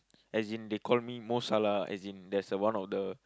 as in they call me Mo Salah as in there is a one of the